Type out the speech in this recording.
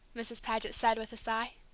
mrs. paget said, with a sigh.